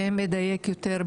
ואם לדייק יותר,